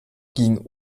ging